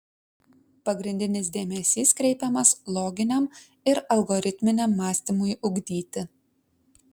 pagrindinis dėmesys kreipiamas loginiam ir algoritminiam mąstymui ugdyti